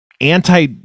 anti